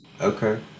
okay